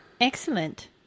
Excellent